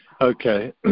Okay